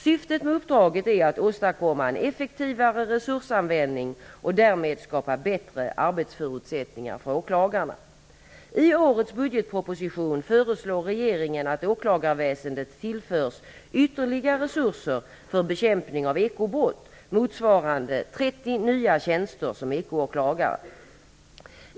Syftet med uppdraget är att åstadkomma en effektivare resursanvändning och därmed skapa bättre arbetsförutsättningar för åklagarna. I årets budgetproposition föreslår regeringen att åklagarväsendet tillförs ytterligare resurser för bekämpning av ekobrott, motsvarande 30 nya tjänster som ekoåklagare.